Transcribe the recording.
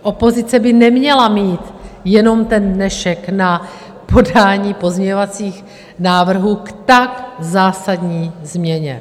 Opozice by neměla mít jenom dnešek na podání pozměňovacích návrhů k tak zásadní změně.